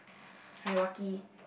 hierarchy